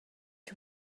she